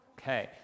Okay